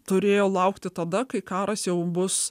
turėjo laukti tada kai karas jau bus